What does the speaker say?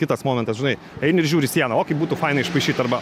kitas momentas žinai eini ir žiūri siena o kaip būtų faina išpaišyt arba